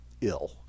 ill